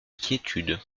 quiétude